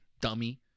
Dummy